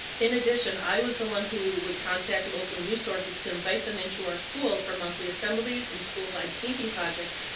in addition, i was the one who would contact local news sources to invite them into our school for monthly assemblies and school-wide painting projects,